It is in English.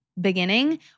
beginning